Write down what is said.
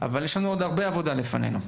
אבל יש עוד הרבה עבודה לפנינו.